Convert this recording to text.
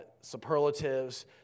superlatives